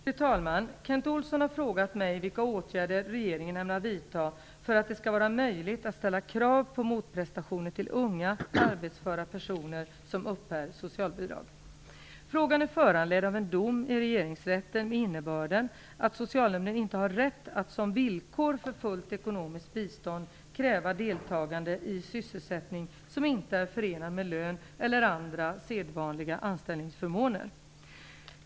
Fru talman! Kent Olsson har frågat mig vilka åtgärder regeringen ämnar vidta för att det skall vara möjligt att ställa krav på motprestationer till unga arbetsföra personer som uppbär socialbidrag. Frågan är föranledd av en dom i Regeringsrätten med innebörden att Socialnämnden inte har rätt att som villkor för full ekonomiskt bistånd kräva deltagande i sysselsättning som inte är förenad med lön eller andra sedvanliga anställningsförmåner.